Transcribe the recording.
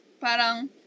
parang